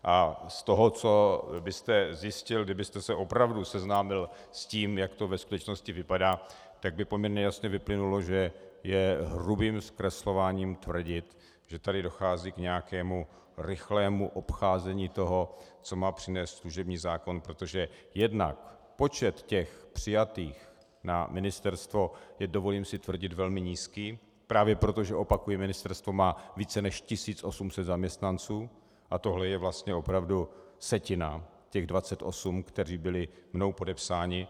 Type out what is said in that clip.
Z toho, co byste zjistil, kdybyste se opravdu seznámil s tím, jak to ve skutečnosti vypadá, tak by poměrně jasně vyplynulo, že je hrubým zkreslováním tvrdit, že tady dochází k nějakému rychlému obcházení toho, co má přinést služební zákon, protože jednak počet těch přijatých na ministerstvo je, dovolím si tvrdit, velmi nízký právě proto, že opakuji ministerstvo má více než 1 800 zaměstnanců a tohle je vlastně opravdu setina, těch 28, kteří byli mnou podepsáni.